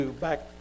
back